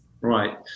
Right